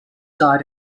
died